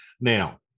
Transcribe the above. Now